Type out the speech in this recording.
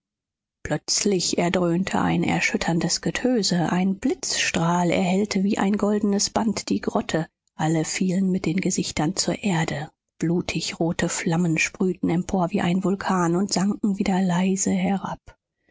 plötzlich erdröhnte ein erschütterndes getöse ein blitzstrahl erhellte wie ein goldenes band die grotte alle fielen mit den gesichtern zur erde blutigrote flammen sprühten empor wie ein vulkan und sanken wieder leise herab